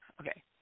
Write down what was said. Okay